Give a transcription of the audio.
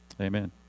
amen